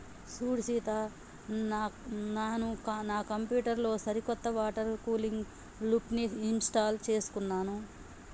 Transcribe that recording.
సూడు సీత నాను నా కంప్యూటర్ లో సరికొత్త వాటర్ కూలింగ్ లూప్ని ఇంస్టాల్ చేసుకున్నాను